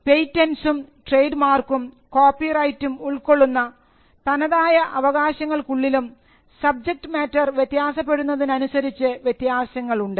പേറ്റന്റ്സും trade മാർക്കും കോപ്പിറൈറ്റും ഉൾക്കൊള്ളുന്ന തനതായ അവകാശങ്ങൾക്കുള്ളിലും സബ്ജക്ട് മാറ്റർ വ്യത്യാസപ്പെടുന്നതിനനുസരിച്ച് വ്യത്യാസങ്ങൾ ഉണ്ട്